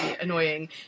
annoying